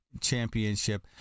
championship